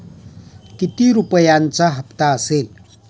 किती रुपयांचा हप्ता असेल?